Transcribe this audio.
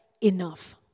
enough